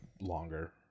longer